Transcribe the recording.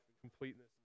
completeness